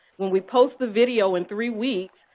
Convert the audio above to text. when we post the video in three weeks,